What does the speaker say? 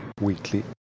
Weekly